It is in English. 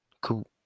Cool